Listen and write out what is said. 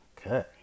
Okay